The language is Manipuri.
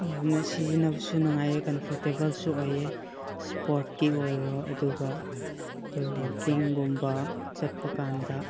ꯌꯥꯝꯅ ꯁꯤꯖꯤꯟꯅꯕꯁꯨ ꯅꯨꯡꯉꯥꯏꯌꯦ ꯀꯝꯐꯣꯔꯇꯦꯕꯜꯁꯨ ꯑꯣꯏꯌꯦ ꯏꯁꯄꯣꯔꯠꯀꯤ ꯑꯣꯏꯔꯣ ꯑꯗꯨꯒ ꯑꯩꯈꯣꯏ ꯋꯥꯛꯀꯤꯡꯒꯨꯝꯕ ꯆꯠꯄꯀꯥꯟꯗ